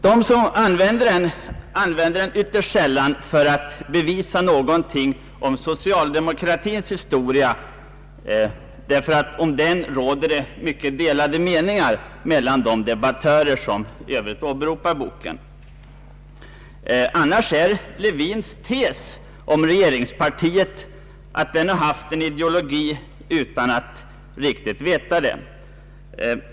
De som använder den gör det ytterst sällan för att bevisa någonting om socialdemokratins historia, ty om den råder mycket delade meningar mellan de debattörer som i övrigt åberopar boken. Le Wwins tes om regeringspartiet är att partiet haft en ideologi utan att riktigt veta det.